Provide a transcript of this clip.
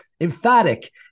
emphatic